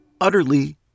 Utterly